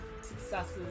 successes